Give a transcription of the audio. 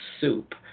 soup